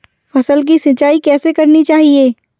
फसल की सिंचाई कैसे करनी चाहिए?